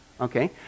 Okay